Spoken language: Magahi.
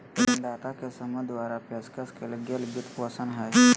ऋणदाता के समूह द्वारा पेशकश कइल गेल वित्तपोषण हइ